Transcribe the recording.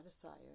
desire